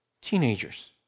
Teenagers